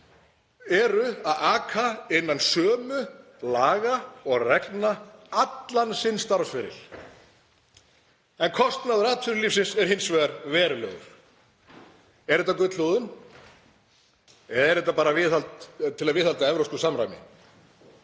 eru að aka innan sömu laga og reglna allan sinn starfsferil en kostnaður atvinnulífsins er hins vegar verulegur. Er þetta gullhúðun eða er þetta bara til að viðhalda evrópsku samræmi?